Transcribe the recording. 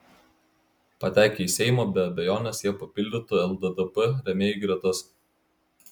patekę į seimą be abejonės jie papildytų lddp rėmėjų gretas